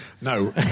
No